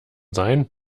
sein